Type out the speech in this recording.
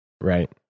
right